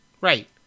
Right